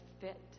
fit